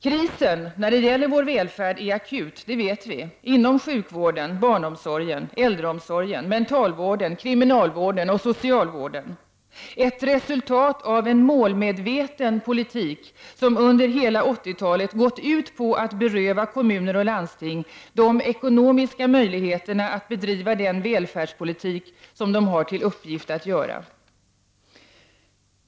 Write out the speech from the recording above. Krisen när det gäller vår välfärd är akut, det vet vi, inom sjukvården, barnomsorgen, äldreomsorgen, mentalvården, kriminalvården och socialvården. Krisen är ett resultat av en målmedveten politik som under hela 80-talet gått ut på att kommuner och landsting skall berövas de ekonomiska möjligheterna att bedriva den välfärdspolitik som de har till uppgift att bedriva.